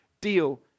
deal